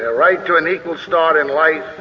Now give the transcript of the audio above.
ah right to an equal start in life,